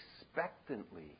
expectantly